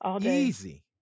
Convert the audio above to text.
easy